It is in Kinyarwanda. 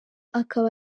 akaba